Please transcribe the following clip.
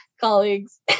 colleagues